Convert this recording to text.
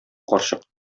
карчык